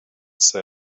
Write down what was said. said